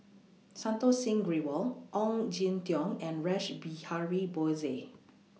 Santokh Singh Grewal Ong Jin Teong and Rash Behari Bose